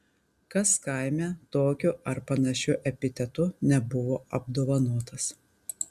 kas kaime tokiu ar panašiu epitetu nebuvo apdovanotas